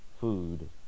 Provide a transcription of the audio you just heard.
food